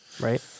right